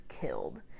killed